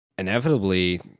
inevitably